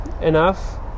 enough